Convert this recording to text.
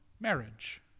marriage